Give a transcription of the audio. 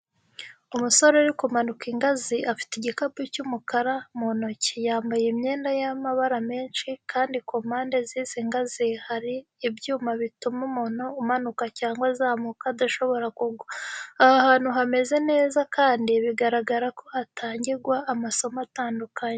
Umusore uri kumanuka ingazi afite igikapu cy'umukara mu ntoki. Yambaye imyenda y’amabara menshi, kandi ku mpande z'izi ngazi hari ibyuma bituma umuntu umanuka cyangwa azamuka adashobora kugwa. Aha hantu hameze neza kandi biragaragara ko hatangirwa amasomo atandukanye.